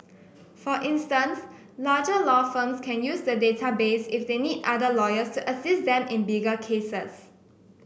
for instance larger law firms can use the database if they need other lawyers to assist them in bigger cases